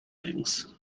things